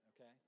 Okay